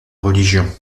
religion